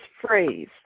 phrase